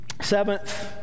Seventh